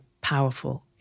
powerful